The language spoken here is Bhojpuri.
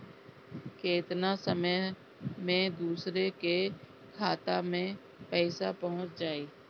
केतना समय मं दूसरे के खाता मे पईसा पहुंच जाई?